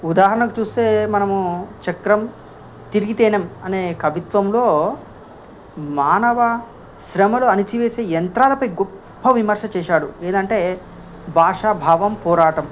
ఉదాహరణకు చూస్తే మనము చక్రం తిరిగితేనం అనే కవిత్వంలో మానవ శ్రమలు అణిచి వేసే యంత్రాలపై గొప్ప విమర్శ చేశాడు ఏంటంటే భాష భావం పోరాటం